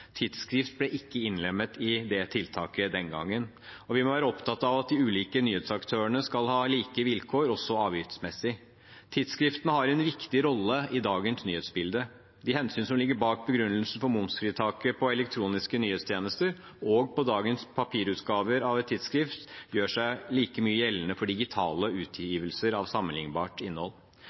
ble ikke innlemmet i det tiltaket den gangen. Vi må være opptatt av at de ulike nyhetsaktørene skal ha like vilkår også avgiftsmessig. Tidsskriftene har en viktig rolle i dagens nyhetsbilde. De hensyn som ligger bak begrunnelsen for momsfritaket på elektroniske nyhetstjenester og på dagens papirutgaver av et tidsskrift, gjør seg like mye gjeldende for digitale utgivelser av sammenlignbart innhold.